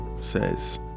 says